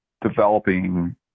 developing